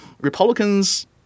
Republicans